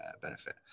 benefit